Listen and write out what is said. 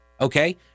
Okay